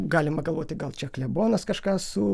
galima galvoti gal čia klebonas kažkas su